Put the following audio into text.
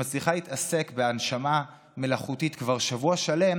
שמצליחה להתעסק בהנשמה מלאכותית כבר שבוע שלם